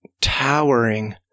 towering